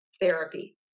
therapy